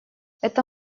это